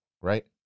right